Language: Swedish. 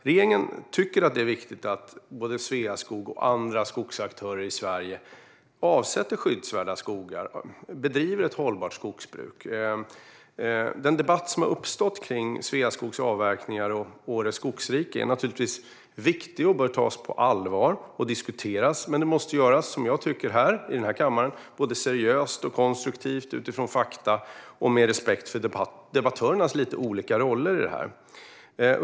Regeringen tycker att det är viktigt att Sveaskog och andra skogsaktörer i Sverige avsätter skyddsvärda skogar och bedriver ett hållbart skogsbruk. Den debatt som uppstått om Sveaskogs avverkningar i Ore skogsrike är naturligtvis viktig, bör tas på allvar och ska diskuteras, men det måste göras seriöst, som här i kammaren, och konstruktivt med utgångspunkt i fakta samt med respekt för debattörernas olika roller.